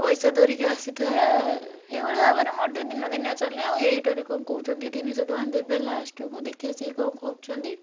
ପଇସା ଧରିକି ଆସିଥାଏ ଏଇଭଳି ଭାବରେ ମୋର ଦିନିଆ ଚାଲେ ଆଉ ଏଇଟାରେ କ'ଣ କହୁଛନ୍ତି ତିନିଶହ ଟଙ୍କା ଦେବେ ଲାଷ୍ଟକୁ ଦେଖିବା ସେ କ'ଣ କରୁଛନ୍ତି